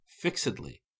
fixedly